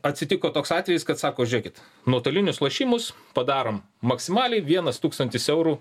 atsitiko toks atvejis kad sako žiūrėkit nuotolinius lošimus padarom maksimaliai vienas tūkstantis eurų